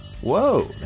Whoa